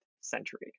century